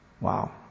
Wow